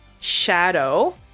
shadow